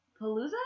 Palooza